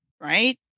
right